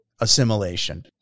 assimilation